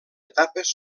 etapes